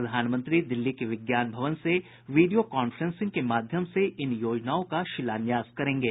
प्रधानमंत्री दिल्ली के विज्ञान भवन से वीडियो कांफेसिंग के माध्यम से इन योजनाओं का शिलान्यास करेंगे